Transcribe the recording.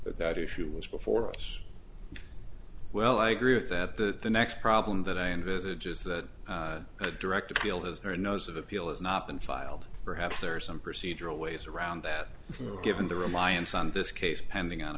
that issue was before us well i agree with that that the next problem that i envisage is that a direct appeal has her nose of appeal has not been filed perhaps or some procedural ways around that given the real minds on this case pending on